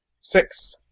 Six